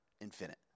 infinite